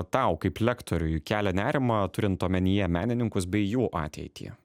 tau kaip lektoriui kelia nerimą turint omenyje menininkus bei jų ateitį